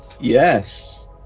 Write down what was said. yes